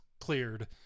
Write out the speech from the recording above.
cleared